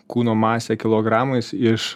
kūno masę kilogramais iš